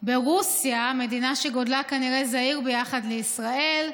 ברוסיה, מדינה שגודלה כנראה זעיר ביחס לישראל,